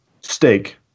steak